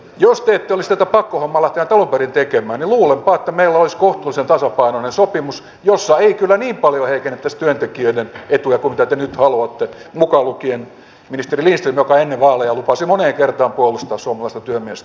jos te ette olisi tätä pakkohommaa lähteneet alun perin tekemään niin luulenpa että meillä olisi kohtuullisen tasapainoinen sopimus jossa ei kyllä niin paljon heikennettäisi työntekijöiden etuja kuin te nyt haluatte mukaan lukien ministeri lindström joka ennen vaaleja lupasi moneen kertaan puolustaa suomalaista työmiestä